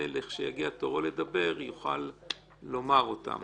ולכשיגיע תורו לדבר הוא יוכל לומר אותם.